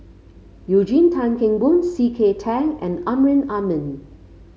Eugene Tan Kheng Boon C K Tang and Amrin Amin